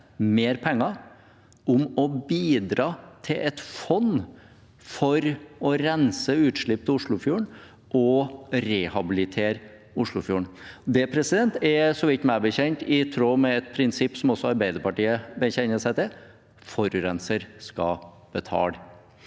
mer penger, om å bidra til et fond for å rense utslipp til Oslofjorden og rehabilitere den. Det er, meg bekjent, i tråd med et prinsipp som også Arbeiderpartiet bekjenner seg til, nemlig at forurenser skal betale.